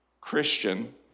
Christian